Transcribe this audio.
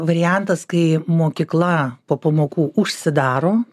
variantas kai mokykla po pamokų užsidaro